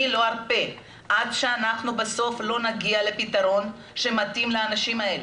אני לא ארפה עד שלא נגיע לפתרון שמתאים לאנשים האלה.